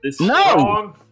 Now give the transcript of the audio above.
no